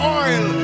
oil